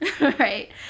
Right